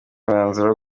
umwanzuro